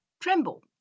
tremble